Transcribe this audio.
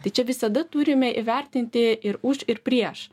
tai čia visada turime įvertinti ir už ir prieš